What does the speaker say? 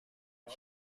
ich